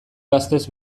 gaztez